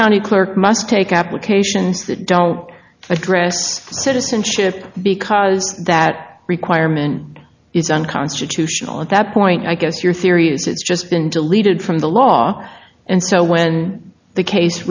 county clerk must take applications that don't address citizenship because that requirement is unconstitutional at that point i guess your theory is it's just been deleted from the law and so when the case